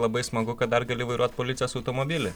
labai smagu kad dar gali vairuot policijos automobilį